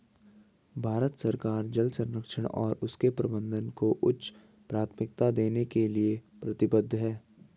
भारत सरकार जल संरक्षण और उसके प्रबंधन को उच्च प्राथमिकता देने के लिए प्रतिबद्ध है